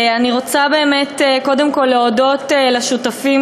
אני רוצה באמת קודם כול להודות לשותפים